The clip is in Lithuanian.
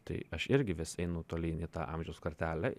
tai aš irgi vis einu tolyn į tą amžiaus kartelę